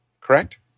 correct